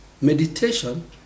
meditation